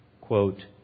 Quote